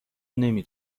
نمی